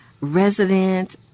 resident